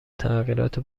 تغییرات